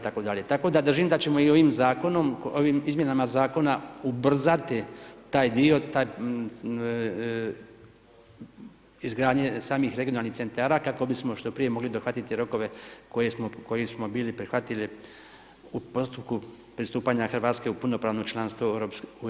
Tako da držim da ćemo i ovim zakonom, ovim izmjenama zakona ubrzati taj dio, izgradnje samih regionalnih centara, kako bismo što prije mogli dohvatiti rokove koje smo, koji smo bili prihvatili u postupku pristupanja Hrvatske u punopravno članstvo u EU.